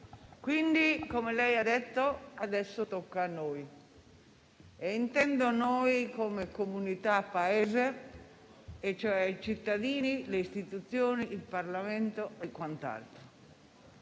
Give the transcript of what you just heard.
Consiglio, come lei ha detto, adesso tocca a noi. Intendo noi come comunità Paese, cioè i cittadini, le Istituzioni, il Parlamento e quant'altro.